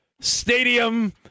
stadium